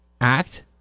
act